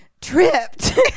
tripped